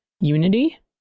unity